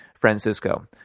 Francisco